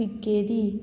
शिकेरी